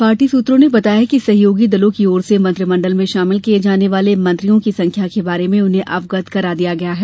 party सूत्रों ने बताया कि सहयोगी दलों की ओर से मंत्रिमंडल में शामिल किये जाने वाले मंत्रियों की संख्या के बारे में उन्हें अवगत करा दिया गया है